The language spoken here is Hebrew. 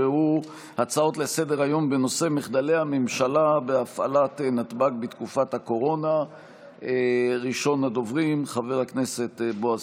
בוועדה למיגור הפשיעה במגזר הערבי תכהן חברת הכנסת רות